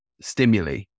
stimuli